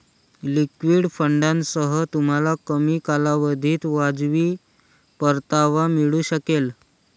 liquid फंडांसह, तुम्हाला कमी कालावधीत वाजवी परतावा मिळू शकेल